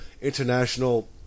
international